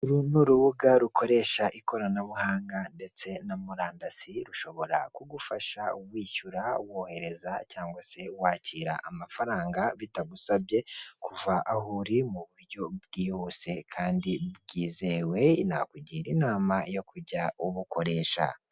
Uru ni urubuga rukoresha ikoranabuhanga ndetse na murandasi rushobora kugufasha wishyura, wohereza cyangwa se wakira amafaranga bitagusabye kuva aho uri mu buryo bwihuse kandi bwizewe nakugira inama yo kujya ubukoresha.